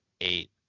eight